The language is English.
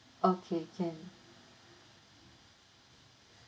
okay can